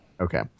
Okay